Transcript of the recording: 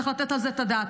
צריך לתת על זה את הדעת.